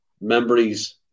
memories